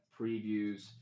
previews